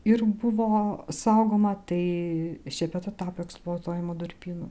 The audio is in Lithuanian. ir buvo saugoma tai šepeta tapo eksploatuojamu durpynu